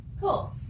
Cool